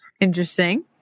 Interesting